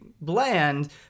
bland